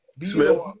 Smith